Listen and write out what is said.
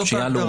זאת ההגדרה?